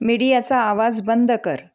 मिडीयाचा आवाज बंद कर